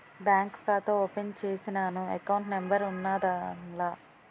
bank ఖాతా open చేసినాను account number ఉన్నాద్దాన్ల